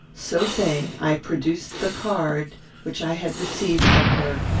so saying, i produced the card which i had received from her,